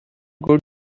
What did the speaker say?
good